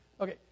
Okay